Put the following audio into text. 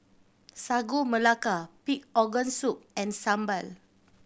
Sagu Melaka pig organ soup and sambal